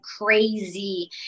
crazy